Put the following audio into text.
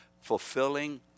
fulfilling